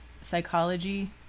psychology